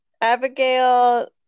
Abigail